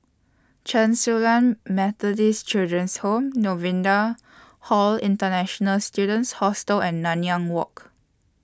Chen Su Lan Methodist Children's Home Novena Hall International Students Hostel and Nanyang Walk